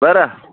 बरं